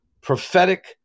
prophetic